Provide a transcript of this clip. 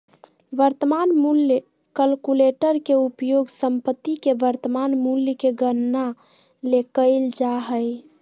वर्तमान मूल्य कलकुलेटर के उपयोग संपत्ति के वर्तमान मूल्य के गणना ले कइल जा हइ